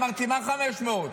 אמרתי, מה 500?